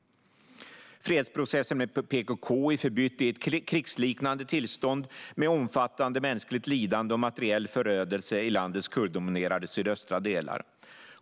Fredsprocessen med PKK är förbytt i ett krigsliknande tillstånd med omfattande mänskligt lidande och materiell förödelse i landets kurddominerade sydöstra delar.